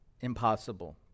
Impossible